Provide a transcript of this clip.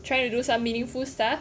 trying to do some meaningful stuff